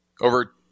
Over